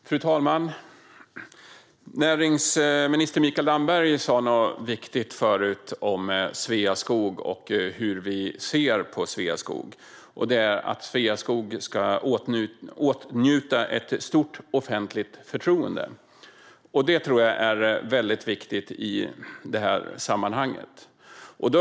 Fru talman! Näringsminister Mikael Damberg sa tidigare något viktigt om hur vi ser på Sveaskog, nämligen att Sveaskog ska åtnjuta ett stort offentligt förtroende. Det är viktigt i sammanhanget.